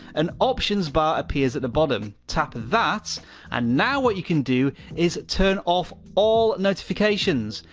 an options bar appears at the bottom. tap that and now what you can do is turn off all notifications.